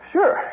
Sure